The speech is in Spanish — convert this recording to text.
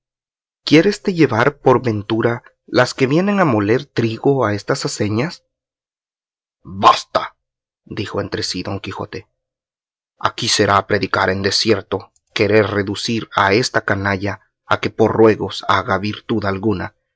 juicio quiéreste llevar por ventura las que vienen a moler trigo a estas aceñas basta dijo entre sí don quijote aquí será predicar en desierto querer reducir a esta canalla a que por ruegos haga virtud alguna